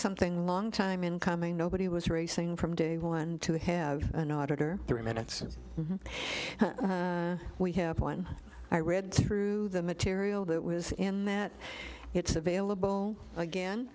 something long time in coming nobody was racing from day one to have an auditor three minutes we have one i read through the material that was in that it's available again